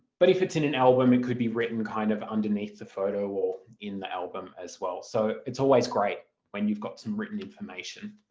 but if it's in an album it could be written kind of underneath the photo or in the album as well so it's always great when you've got some written information.